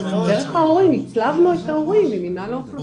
דרך ההורים הצלבנו את ההורים עם מינהל האוכלוסין.